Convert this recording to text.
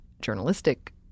journalistic